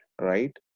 right